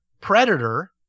predator